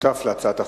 שותף להצעת החוק.